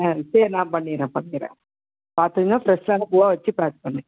சரி நான் பண்ணிடுறேன் பண்ணிடுறேன் பார்த்துங்க ஃப்ரஷ்ஷான பூவாக வச்சு பேக் பண்ணு